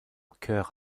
cœur